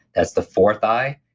that's the fourth i,